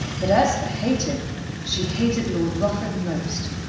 but as for hating she hated lord rufford most.